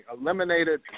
eliminated